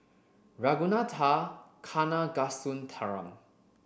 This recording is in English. Ragunathar Kanagasuntheram